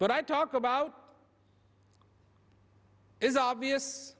but i talk about is obvious